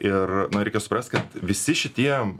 ir na reikia suprast kad visi šitie